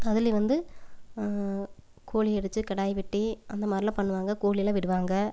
அதுலேயும் வந்து கோழி அடித்து கிடாய் வெட்டி அந்த மாதிரிலாம் பண்ணுவாங்க கோழிலாம் விடுவாங்க